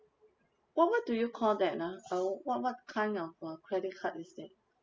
what what do you call that ah uh what what kind of a credit card is that